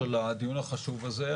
היושב-ראש, על הדיון החשוב הזה.